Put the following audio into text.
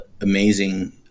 Amazing